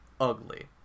ugly